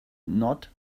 not